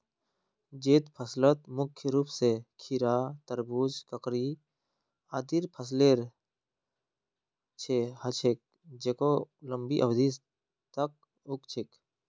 जैद फसलत मुख्य रूप स खीरा, तरबूज, ककड़ी आदिर फसलेर ह छेक जेको लंबी अवधि तक उग छेक